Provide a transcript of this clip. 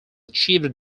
achieved